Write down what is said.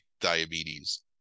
diabetes